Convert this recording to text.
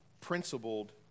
principled